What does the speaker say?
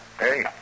Hey